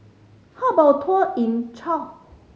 how about a tour in Chad